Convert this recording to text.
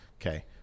okay